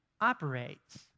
operates